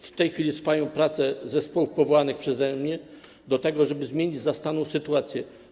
W tej chwili trwają prace zespołów powołanych przeze mnie do tego, żeby zmienić zastaną sytuację.